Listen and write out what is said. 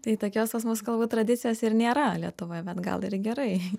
tai tokios pas mus galbūt tradicijos ir nėra lietuvoje bet gal ir gerai